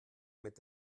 mit